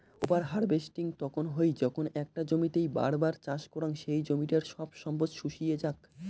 over harvesting তখন হই যখন একটা জমিতেই বার বার চাষ করাং সেই জমিটার সব সম্পদ শুষিয়ে যাক